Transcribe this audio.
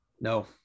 no